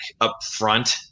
upfront